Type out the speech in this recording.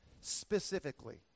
specifically